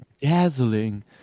Dazzling